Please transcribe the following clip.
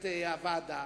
את הוועדה,